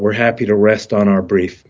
we're happy to rest on our brief